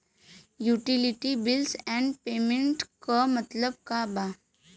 Utility bills and payments क मतलब का बा?